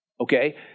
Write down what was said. Okay